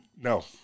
No